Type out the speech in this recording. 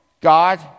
God